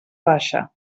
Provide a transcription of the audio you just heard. baixa